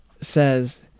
says